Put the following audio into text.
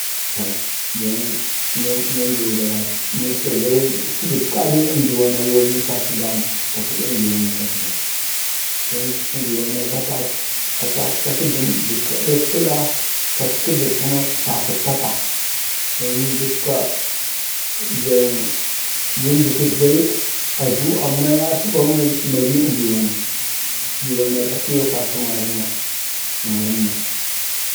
sasə don nə nən doga səg səgətka dai ngiwanak yoo biin sasə bam kaɗa ngiwanak aza ɓai, don ngiwanak atak tlak kə dəm. dəkka ɗatkəla ɗak kuma sasək pata, don dəkka juŋ bundik kəzgai ya azu, amma yaye atu ɓa malyu ngiwanak, ngiwanak atiyoo sasi marəmma marəmma,